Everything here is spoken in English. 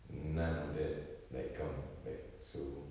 none of that like come back so